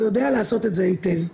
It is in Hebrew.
שיודע לעשות את זה היטב.